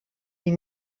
die